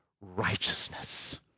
righteousness